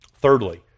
Thirdly